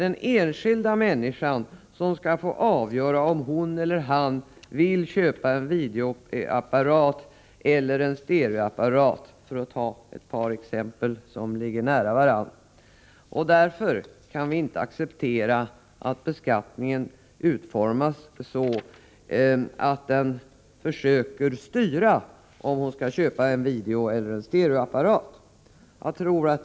Den enskilda människan skall få avgöra om hon eller han vill köpa en videoapparat eller en stereoapparat, för att ta ett par exempel som ligger nära varandra. Vi kan inte acceptera att beskattningen utformas så att den styr den enskilde i hennes val i ett sådant fall.